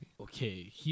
Okay